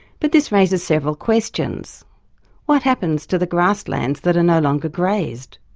but this raises several questions what happens to the grasslands that are no longer grazed?